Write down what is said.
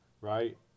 right